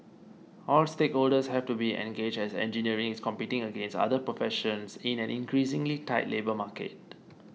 all stakeholders have to be engaged as engineering is competing against other professions in an increasingly tight labour market